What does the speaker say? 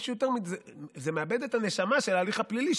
זה מאבד את הנשמה של ההליך הפלילי,